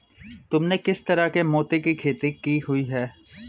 तुमने किस तरह के मोती की खेती की हुई है?